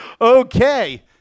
Okay